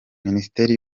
minisiteri